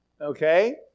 okay